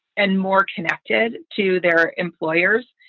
and more connected to their employers.